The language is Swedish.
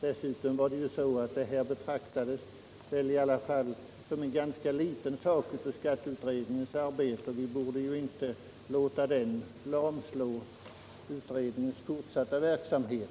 Dessutom betraktades väl detta i alla fall som en ganska liten sak i skatteutredningens arbete, och vi borde ju inte låta den lamslå utredningens fortsatta verksamhet.